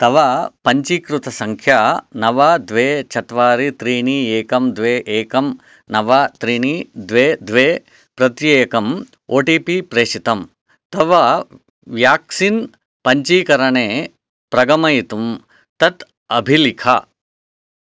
तव पञ्जीकृतसङ्ख्यां नव द्वे चत्वारि त्रीणि एकं द्वे एकं नव त्रीणि द्वे द्वे प्रति एकम् ओ टि पि प्रेषितं तव व्याक्सिन् पञ्जीकरणे प्रगमयितुं तत् अभिलिख